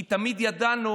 כי תמיד ידענו